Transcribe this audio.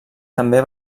també